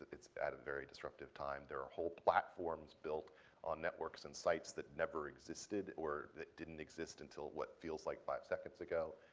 it's at a very disruptive time. there are whole platforms built on networks and sites that never existed or didn't exist until what feels like five seconds ago.